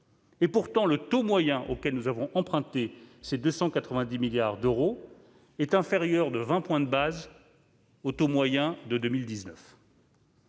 Pourtant, le taux moyen auquel nous avons emprunté ces 290 milliards d'euros est inférieur de 20 points de base au taux moyen de 2019.